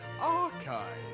archive